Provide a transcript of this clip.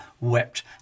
wept